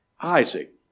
Isaac